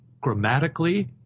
grammatically